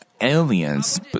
aliens